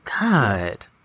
God